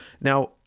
now